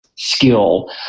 skill